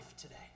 today